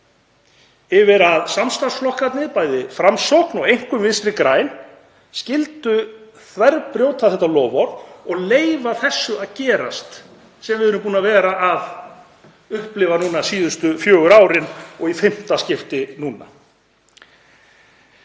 yfir að samstarfsflokkarnir, bæði Framsókn og einkum Vinstri græn, skyldu þverbrjóta þetta loforð og leyfa þessu að gerast sem við erum búin að vera að upplifa síðustu fjögur árin og núna í fimmta skipti.